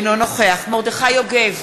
אינו נוכח מרדכי יוגב,